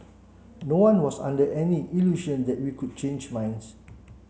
no one was under any illusion that we could change minds